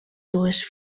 dues